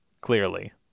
Clearly